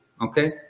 okay